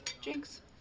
Jinx